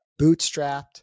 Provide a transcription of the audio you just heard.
bootstrapped